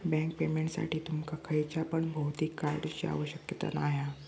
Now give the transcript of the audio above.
bank पेमेंटसाठी तुमका खयच्या पण भौतिक कार्डची आवश्यकता नाय हा